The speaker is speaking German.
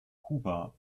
kuba